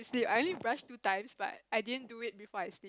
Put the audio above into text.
sleep I only brush two times but I didn't do it before I